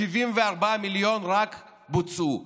רק 74 מיליון בוצעו.